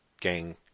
gang